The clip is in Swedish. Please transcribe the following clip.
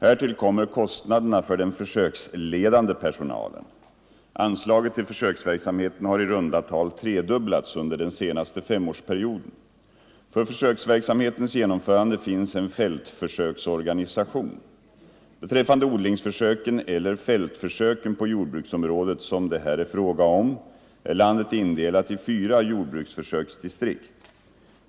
Härtill kommer kostnaderna för den försöksledande personalen. Anslaget till försöksverksamheten har i runda tal tredubblats under den senaste femårsperioden. För försöksverksamhetens genomförande finns en fältförsöksorganisation. Beträffande odlingsförsöken — eller fältförsöken på jordbruksområdet som det här är fråga om — är landet indelat i fyra jordbruksförsöksdistrikt.